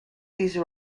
these